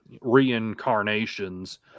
reincarnations